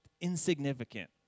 Insignificant